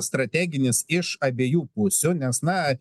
strateginis iš abiejų pusių nes na